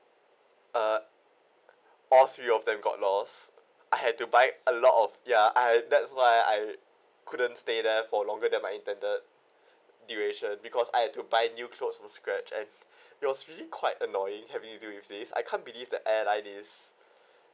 uh all three of them got lost I had to buy a lot of ya I had that's why I couldn't stay there for longer than my intended duration because I had to buy new clothes from scratch and it was really quite annoying having to do with this I can't believe the airlines is